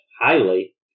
highly